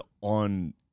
on